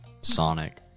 Sonic